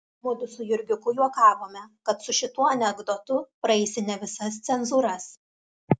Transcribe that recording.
mudu su jurgiuku juokavome kad su šituo anekdotu praeisi ne visas cenzūras